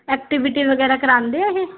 activity ਵਗੈਰਾ ਕਰਾਉਂਦੇ ਇਹ